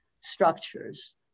structures